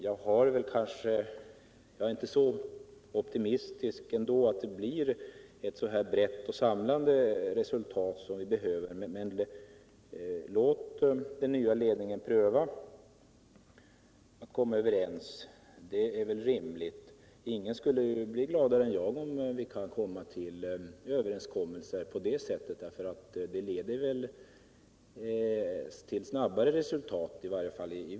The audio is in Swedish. Jag är kanske inte så optimistisk ändå att jag tror att det blir ett så brett och samlande resultat som vi behöver, men låt den nya ledningen få pröva att komma överens med berörda landsting och kommuner — det är väl rimligt. Ingen skulle bli gladare än jag om vi på det sättet kunde komma fram till överenskommelser, där det leder till snabbare resultat.